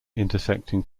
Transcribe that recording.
intersecting